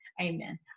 Amen